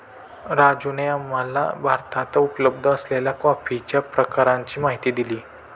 राजूने आम्हाला भारतात उपलब्ध असलेल्या कॉफीच्या प्रकारांची माहिती दिली